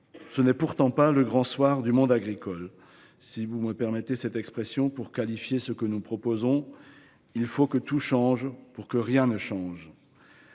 ci n’est pourtant pas le Grand Soir du monde agricole. Si vous me permettez cette expression pour qualifier ce que nous proposons, « il faut que tout change pour que rien ne change